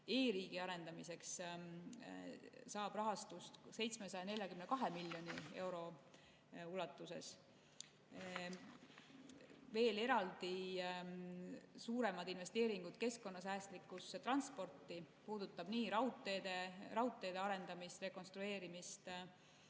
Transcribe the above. e-riigi arendamiseks, saab rahastust 742 miljoni euro ulatuses. Veel on eraldi suuremad investeeringud keskkonnasäästlikku transporti, see puudutab ka raudteede arendamist ja rekonstrueerimist.